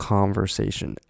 Conversation